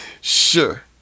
Sure